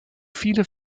viele